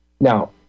Now